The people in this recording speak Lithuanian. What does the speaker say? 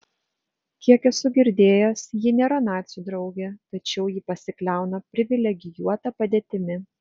kiek esu girdėjęs ji nėra nacių draugė tačiau ji pasikliauna privilegijuota padėtimi